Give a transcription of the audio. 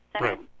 right